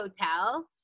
Hotel